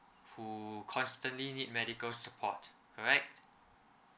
who constantly need medical support right